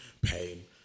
pain